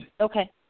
Okay